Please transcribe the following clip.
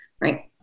Right